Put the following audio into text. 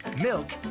milk